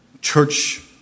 church